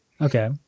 Okay